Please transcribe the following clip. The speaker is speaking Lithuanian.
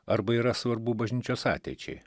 arba yra svarbu bažnyčios ateičiai